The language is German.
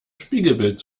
spiegelbild